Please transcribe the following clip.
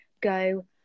go